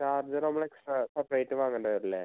charger നമ്മളെക്സ്ട്രാ പുറത്തായിട്ട് വാങ്ങേണ്ടി വരില്ലേ